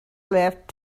lift